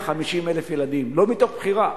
לא מתוך בחירה.